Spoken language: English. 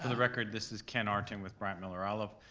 ah record, this is ken artin with bryant miller olive.